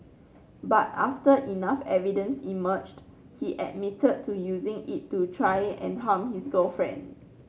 but after enough evidence emerged he admitted to using it to try and harm his girlfriend